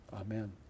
Amen